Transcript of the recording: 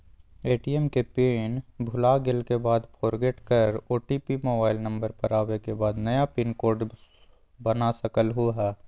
ATM के pin भुलागेल के बाद फोरगेट कर ओ.टी.पी मोबाइल नंबर पर आवे के बाद नया पिन कोड बना सकलहु ह?